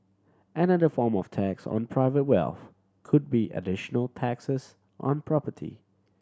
another form of tax on private wealth could be additional taxes on property